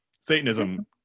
Satanism